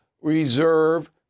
reserve